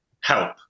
help